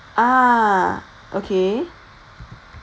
ah okay